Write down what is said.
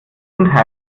und